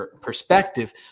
perspective